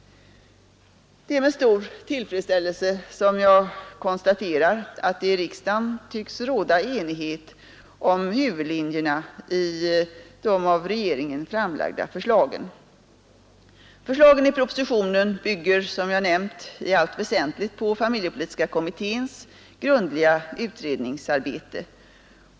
Det är med stor tillfredsställelse jag konstaterar att det i riksdagen tycks råda enighet om huvudlinjerna i de av regeringen framlagda förslagen. Förslagen i propositionen bygger, som jag nämnt, i allt väsentligt på familjepolitiska kommitténs grundliga utredningsarbete.